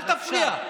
אל תפריע.